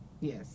yes